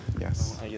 Yes